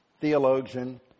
theologian